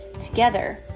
Together